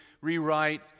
rewrite